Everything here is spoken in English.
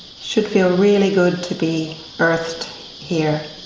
should feel really good to be earthed here,